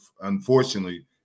unfortunately –